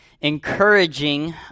encouraging